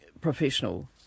professional